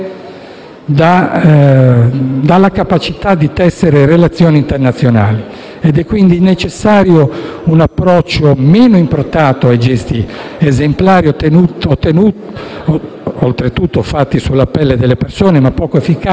dalla capacità di tessere relazioni internazionali ed è quindi necessario un approccio meno improntato ai gesti esemplari, oltretutto fatti sulla pelle delle persone, secondo noi poco efficaci